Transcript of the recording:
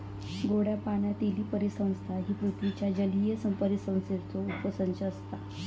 गोड्या पाण्यातीली परिसंस्था ही पृथ्वीच्या जलीय परिसंस्थेचो उपसंच असता